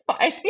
fine